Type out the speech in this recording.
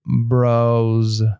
bros